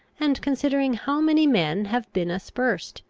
and considering how many men have been aspersed,